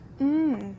Mmm